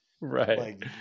right